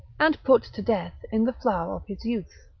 and put to death in the flower of his youth